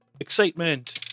Excitement